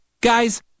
Guys